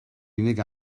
unig